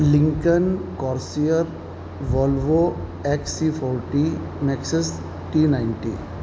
Lankan Corsair Volvo X C forty nexus T ninety